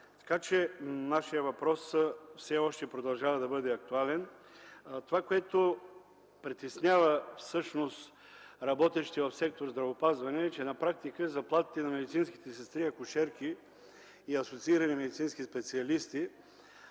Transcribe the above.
вноски. Нашият въпрос все още продължава да бъде актуален. Това, което притеснява всъщност работещите в сектор „Здравеопазване”, е, че на практика заплатите на медицинските сестри, акушерки и асоциирани медицински специалисти